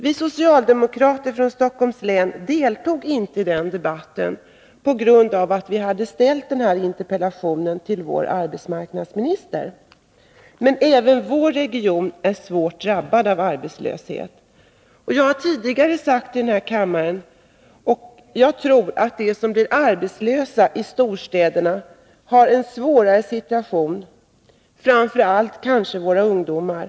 Vi socialdemokrater från Stockholms län deltog inte i nämnda debatt på grund av att vi hade framställt denna interpellation till vår arbetsmarknadsminister. Men även vår region är svårt drabbad av arbetslöshet. Jag har tidigare sagt här i kammaren att jag tror att de som blir arbetslösa i storstäderna har en svårare situation. Framför allt gäller det väl våra ungdomar.